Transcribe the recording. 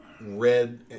red